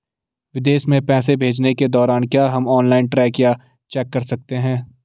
विदेश में पैसे भेजने के दौरान क्या हम ऑनलाइन ट्रैक या चेक कर सकते हैं?